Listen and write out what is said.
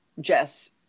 jess